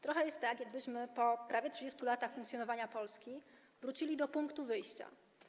Trochę jest tak, jakbyśmy po prawie 30 latach funkcjonowania Polski wrócili do punktu wyjścia.